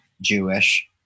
Jewish